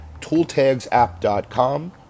ToolTagsApp.com